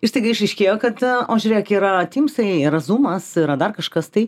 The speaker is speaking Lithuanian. ir staiga išaiškėjo kad o žiūrėk yra tymsai yra zūmas yra dar kažkas tai